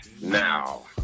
Now